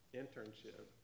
internship